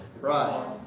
Right